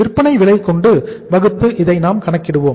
விற்பனை விலை கொண்டு வகுத்து இதை நாம் கணக்கிடுவோம்